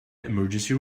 emergency